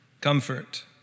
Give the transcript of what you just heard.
comfort